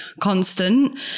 constant